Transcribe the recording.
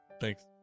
Thanks